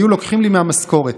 היו לוקחים לי מהמשכורת.